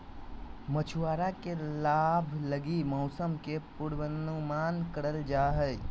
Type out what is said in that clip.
मछुआरा के लाभ लगी मौसम के पूर्वानुमान करल जा हइ